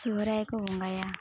ᱥᱚᱦᱚᱨᱟᱭᱠᱚ ᱵᱚᱸᱜᱟᱭᱟ